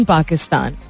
Pakistan